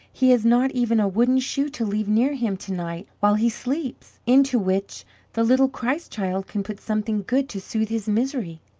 he has not even a wooden shoe to leave near him to-night while he sleeps, into which the little christ-child can put something good to soothe his misery.